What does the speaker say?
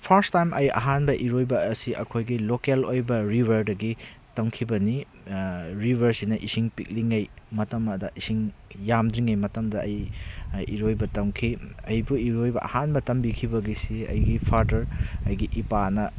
first time ꯑꯩ ꯑꯍꯥꯟꯕ ꯏꯔꯣꯏꯕ ꯑꯁꯤ ꯑꯩꯈꯣꯏꯒꯤ ꯂꯣꯀꯦꯜ ꯑꯣꯏꯕ ꯔꯤꯕꯔꯗꯒꯤ ꯇꯝꯈꯤꯕꯅꯤ ꯔꯤꯕꯔꯁꯤꯅ ꯏꯁꯤꯡ ꯄꯤꯛꯂꯤꯉꯩ ꯃꯇꯝ ꯑꯗ ꯏꯁꯤꯡ ꯌꯥꯝꯗ꯭ꯔꯤꯉꯩ ꯃꯇꯝꯗ ꯑꯩ ꯏꯔꯣꯏꯕ ꯇꯝꯈꯤ ꯑꯩꯕꯨ ꯏꯔꯣꯏꯕ ꯑꯍꯥꯟꯕ ꯇꯝꯕꯤꯈꯤꯕꯒꯤꯁꯤ ꯑꯩꯒꯤ ꯐꯥꯗꯔ ꯑꯩꯒꯤ ꯏꯄꯥꯅ